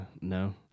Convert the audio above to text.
No